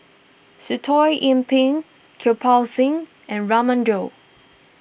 Sitoh Yih Pin Kirpal Singh and Raman Daud